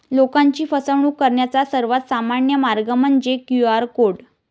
लोकांची फसवणूक करण्याचा सर्वात सामान्य मार्ग म्हणजे क्यू.आर कोड